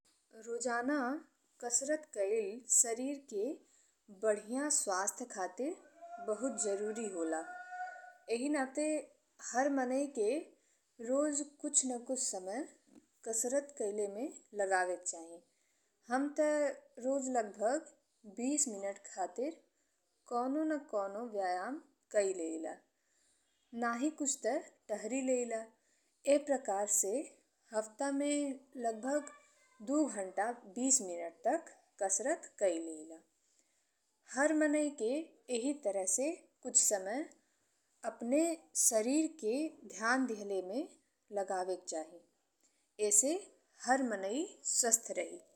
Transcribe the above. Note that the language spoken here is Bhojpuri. रोजाना कसरत कईल शरीर के बढ़िया स्वास्थ्य खातिर बहुत जरुरी होला। एहि नाते हर माने के रोज कुछ न कुछ समय कसरत कईले में लगावे के चाही। हम ते रोज लगभग बीस मिनट खातिर कवनो न कवनो व्यायाम कई लेला। नाही कुछ ते टहरी लेला। एह प्रकार से हफ्ता में लगभग दू घंटा बीस मिनट तक कसरत कई लेला। हर मनई के एहि तरह से कुछ समय अपने शरीर के ध्यान दीहले में लगावे के चाही। एसे हर माने स्वस्थ रही।